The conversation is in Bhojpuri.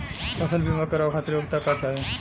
फसल बीमा करावे खातिर योग्यता का चाही?